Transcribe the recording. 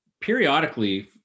periodically